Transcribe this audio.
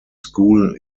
school